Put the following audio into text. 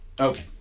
Okay